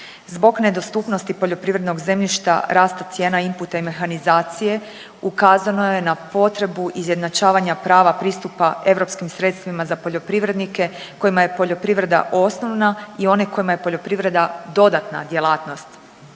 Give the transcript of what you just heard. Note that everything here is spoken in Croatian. Zbog nedostupnosti poljoprivrednog zemljišta raste cijena inputa i mehanizacije, ukazano je na potrebu izjednačavanja prava pristupa europskim sredstvima za poljoprivrednike kojima je poljoprivreda osnovna i one kojima je poljoprivreda dodatna djelatnost.